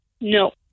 No